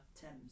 Thames